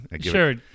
Sure